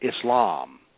Islam